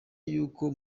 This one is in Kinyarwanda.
y’uko